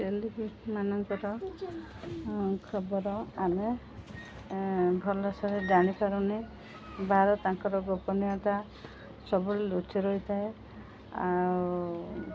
ସେଲିବ୍ରିଟମାନଙ୍କର ଖବର ଆମେ ଭଲସରେ ଜାଣିପାରୁନି ବା ତାଙ୍କର ଗୋପନୀୟତା ସବୁବେଳେ ଲୁଚି ରହିଥାଏ ଆଉ